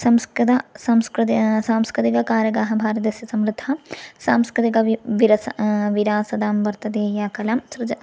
संस्कृतं सांस्कृते सांस्कृतिककारकाः भारतस्य समृद्धा सांस्कृतिक वि विरसः विरासदां वर्तते या कलां सृजः